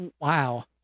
wow